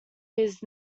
his